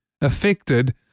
affected